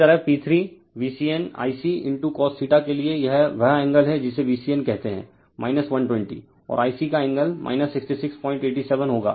refer slide time 1630 इसी तरह P3VCNIccos के लिए यह वह एंगल है जिसे VCN कहते हैं 120 और Ic का एंगल 6687 होगा